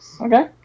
Okay